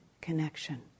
connection